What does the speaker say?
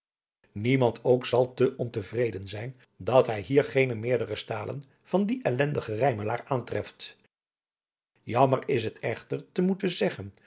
zal te onvreden zijn dat hij hier geene meerdere stalen van dien ellendigen rijmelaar aantreft jammer is het echter te moeten zeggen